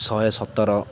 ଶହେ ସତର